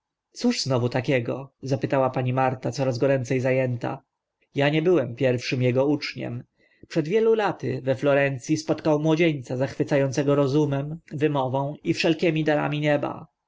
cóż znów takiego zapytała pani marta coraz goręce za ęta ja nie byłem pierwszym ego uczniem przed wielu laty we florenc i spotkał młodzieńca zachwyca ącego rozumem wymową i wszelkimi darami nieba